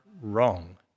wrong